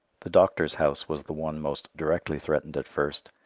the doctor's house was the one most directly threatened at first,